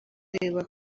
kureba